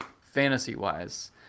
fantasy-wise